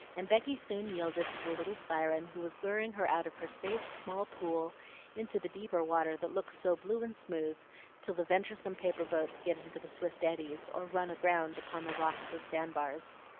and becky soon yielded to the little siren who was luring her out of her safe, small pool into the deeper water that looks so blue and smooth till the venturesome paper boats get into the swift eddies, or run aground upon the rocks and sandbars.